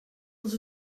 els